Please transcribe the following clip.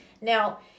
Now